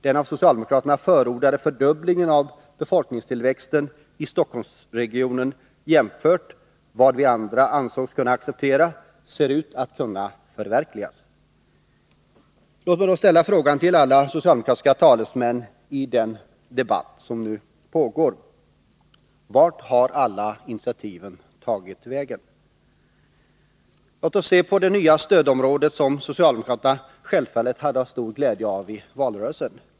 Den av socialdemokraterna förordade fördubblingen av befolkningstillväxten i Stockholmsregionen jämfört med vad vi andra ansåg oss kunna acceptera ser ut att kunna förverkligas. Låt mig då ställa frågan till alla socialdemokratiska talesmän i den debatt som nu pågår: Vart har alla initiativen tagit vägen? Låt oss se på det nya stödområde som socialdemokraterna självfallet hade stor glädje av i valrörelsen.